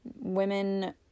Women